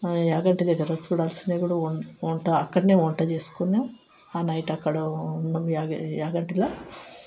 యాగంటి దగ్గర చూదాల్సినవి కూడా వంట అక్కడ వంట చేసుకున్నాం ఆ నైట్ అక్కడ ఉన్నాం యాగంటిలో